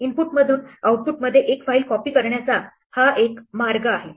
इनपुटमधून आउटपुटमध्ये एक फाईल कॉपी करण्याचा हा एक मार्ग आहे